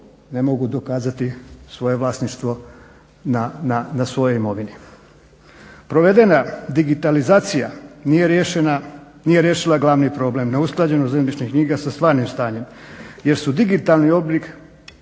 ne mogu dokazati svoje vlasništvo na svojoj imovini. Provedena digitalizacija nije riješila glavni problem, neusklađenost zemljišnih knjiga sa stvarnim stanjem jer su digitalni oblik,